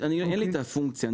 אין לי את הפונקציה.